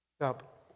up